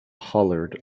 hollered